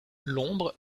l’ombre